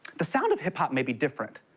the sound of hip-hop may be different,